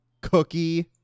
cookie